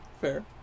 Fair